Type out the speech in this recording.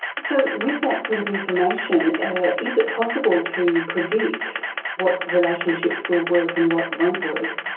so with that sort of information is it possible to predict what relationships will work and what won't work?